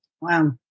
Wow